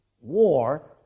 war